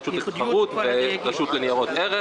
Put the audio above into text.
הרשות להתחדשות והרשות לניירות ערך.